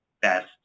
best